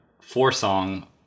four-song